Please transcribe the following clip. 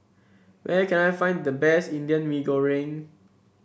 where can I find the best Indian Mee Goreng